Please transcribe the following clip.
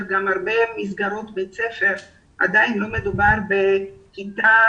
בהרבה מסגרות בית ספר עדיין לא מדובר בכיתה,